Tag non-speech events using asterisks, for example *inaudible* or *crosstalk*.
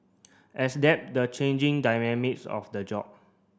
*unintelligible* the changing dynamics of the job